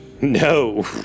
No